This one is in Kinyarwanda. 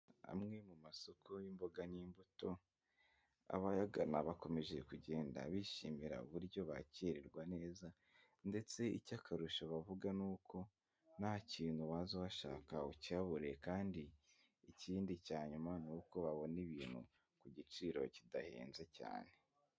Amwe mu masoko y'imboga n'imbuto abayagana bakomeje kugenda bishimira uburyo bakIrwa neza ndetse icyo akarusho bavuga ni uko nta kintu baza bashaka bakihabure kandi ikindi cya nyuma ni uko babona ibintu ku giciro kidahenze cyane.